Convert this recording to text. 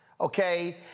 Okay